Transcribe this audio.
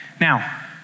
Now